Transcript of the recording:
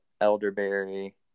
elderberry